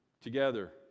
together